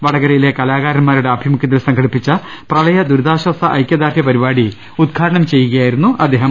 വടകരയിലെ കലാകാരന്മാരുടെ ആഭിമുഖ്യത്തിൽ സംഘടിപ്പിച്ച പ്രളയദുരിതാശ്വാസ ഐക്യദാർഢ്യ പരിപാടി ഉദ്ഘാടനം ചെയ്യുകയായിരുന്നു അദ്ദേഹം